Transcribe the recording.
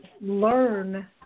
learn